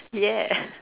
yes